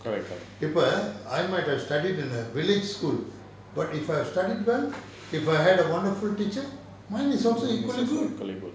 even ah I might have studied in a village school but I've studied well if I had a wonderful teacher mine is also equally good